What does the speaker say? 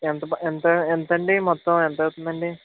ఎంత బ ఎంత ఎం త అండి మొత్తం ఎంత అవుతుందండి